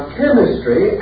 chemistry